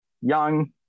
young